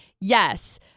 Yes